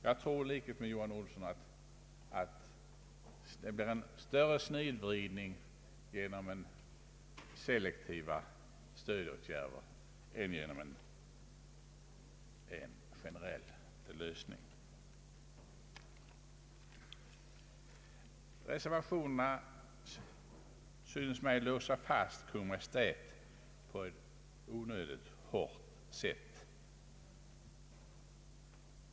Jag tror i likhet med herr Johan Olsson att det blir en större snedvridning genom selektiva stödåtgärder än genom en generell lösning. Reservationerna synes mig låsa fast Kungl. Maj:t på ett onödigt hårt sätt.